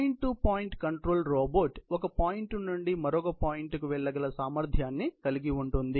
point to point control robot ఒక point నుండి మరొక పాయింట్ కు వెళ్ళగల సామర్థ్యాన్ని కలిగి ఉంటుంది